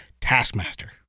Taskmaster